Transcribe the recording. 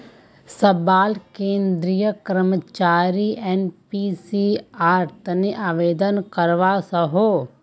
सबला केंद्रीय कर्मचारी एनपीएसेर तने आवेदन करवा सकोह